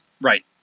Right